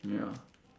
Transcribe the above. ya